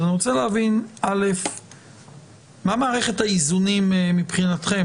אני רוצה להבין מה מערכת האיזונים מבחינתכם?